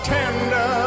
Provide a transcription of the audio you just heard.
tender